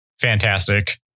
fantastic